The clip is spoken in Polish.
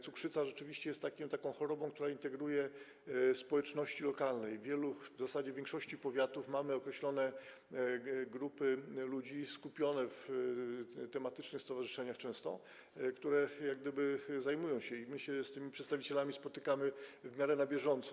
Cukrzyca rzeczywiście jest taką chorobą, która integruje społeczności lokalne, i w zasadzie w większości powiatów mamy określone grupy ludzi skupione w tematycznych stowarzyszeniach często, które jak gdyby zajmują się tym, i my się z ich przedstawicielami spotykamy w miarę na bieżąco.